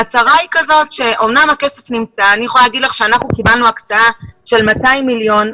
אני יכולה לומר לך שאנחנו קיבלנו הקצאה בסך 200 מיליון.